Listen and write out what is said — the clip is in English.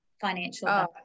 financial